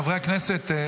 חברי הכנסת,